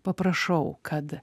paprašau kad